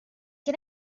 can